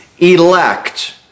elect